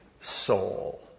soul